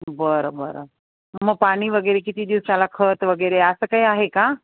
बरं बरं मग पाणी वगैरे किती दिवसाला खत वगैरे असं काही आहे का